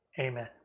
Amen